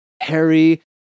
Harry